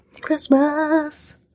Christmas